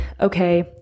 Okay